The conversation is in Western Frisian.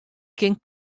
kin